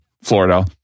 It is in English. Florida